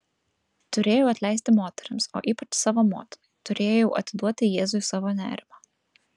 turėjau atleisti moterims o ypač savo motinai turėjau atiduoti jėzui savo nerimą